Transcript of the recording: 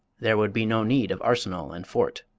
there would be no need of arsenal and fort.